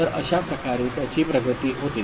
तर अशाप्रकारे त्याची प्रगती होते